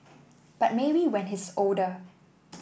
but maybe when he's older